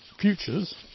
futures